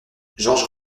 georges